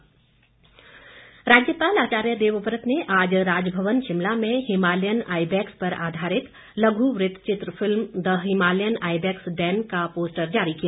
राज्यपाल राज्यपाल आचार्य देवव्रत ने आज राजभवन शिमला में हिमालयन आइबैक्स पर आधारित लघु वृत्त चित्र फिल्म द हिमालयन आईबैक्स डैन का पोस्टर जारी किया